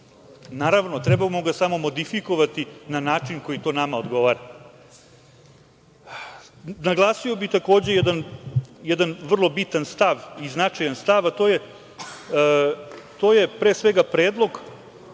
Naravno, trebamo ga samo modifikovati na način koji to nama odgovara. Naglasio bih, takođe, jedan vrlo bitan stav i značajan stav, a to je predlog